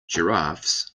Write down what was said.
giraffes